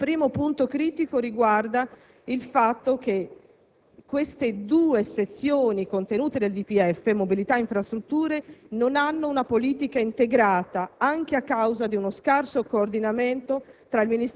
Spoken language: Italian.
Il primo punto critico riguarda il fatto che queste due sezioni contenute nel DPEF (mobilità e infrastrutture) non hanno una politica integrata anche a causa di uno scarso coordinamento